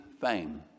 fame